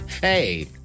Hey